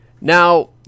Now